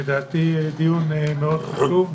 לדעתי, זה דיון מאוד חשוב.